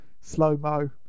slow-mo